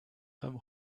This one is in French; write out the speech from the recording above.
femme